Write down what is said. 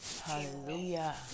Hallelujah